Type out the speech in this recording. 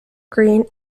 green